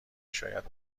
شاید